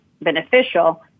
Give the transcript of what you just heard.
beneficial